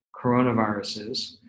coronaviruses